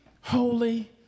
holy